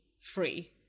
free